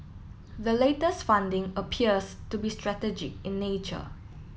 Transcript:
the latest funding appears to be strategic in nature